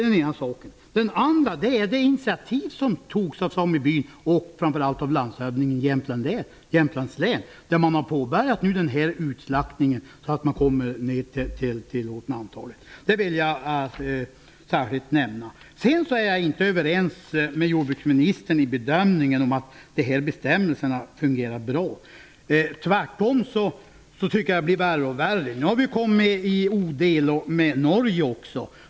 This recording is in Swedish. Den andra saken är det initiativ som togs av samebyn, och framför allt av landshövdingen i Jämtlands län, där man nu har påbörjat utslaktningen, så att man kommer ner till det tillåtna antalet. Jag vill särskilt nämna det. Jag är inte överens med jordbruksministern om bedömningen att bestämmelserna fungerar bra. Tvärtom tycker jag att det blir värre och värre. Vi har nu råkat i delo med Norge också.